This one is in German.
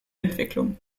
entwicklung